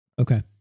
Okay